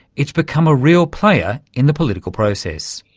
it's become a real player in the political process.